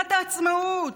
מגילת העצמאות.